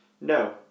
No